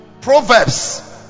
Proverbs